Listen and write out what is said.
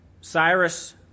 Cyrus